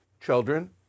children